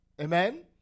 Amen